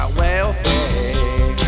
wealthy